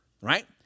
Right